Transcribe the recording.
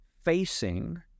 facing